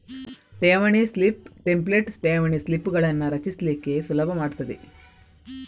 ಠೇವಣಿ slip template ಠೇವಣಿ ಸ್ಲಿಪ್ಪುಗಳನ್ನ ರಚಿಸ್ಲಿಕ್ಕೆ ಸುಲಭ ಮಾಡ್ತದೆ